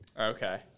Okay